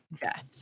death